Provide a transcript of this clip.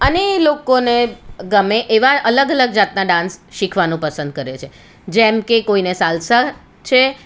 અને એ લોકોને ગમે એવા અલગ અલગ જાતના ડાન્સ શીખવાનું પસંદ કરે છે જેમકે કોઈને સાલસા છે